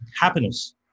happiness